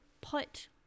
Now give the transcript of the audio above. put